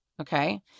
Okay